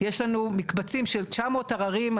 יש לנו מקבצים של 900 עררים,